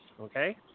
Okay